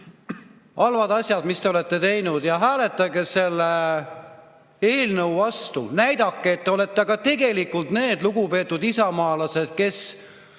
halvad asjad, mis te olete teinud, hääletage nüüd selle eelnõu vastu! Näidake, et te olete ka tegelikult need lugupeetud isamaalased, kes